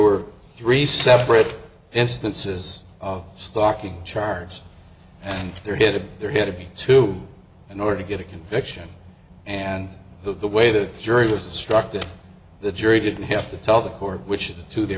were three separate instances of stocking charged and they're headed there had to be two in order to get a conviction and that the way the jury is instructed the jury didn't have to tell the court which two they